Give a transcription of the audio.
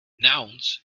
nouns